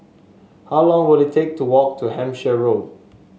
how long will it take to walk to Hampshire Road